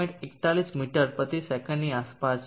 41 metre પ્રતિ સેકન્ડની આસપાસ છે